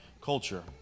culture